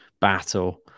battle